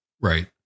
Right